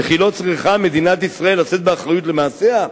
וכי לא צריכה מדינת ישראל לשאת באחריות למעשיה?